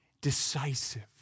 decisive